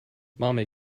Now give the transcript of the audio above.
mommy